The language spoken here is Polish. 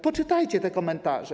Poczytajcie te komentarze.